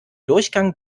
durchgang